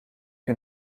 une